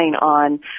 on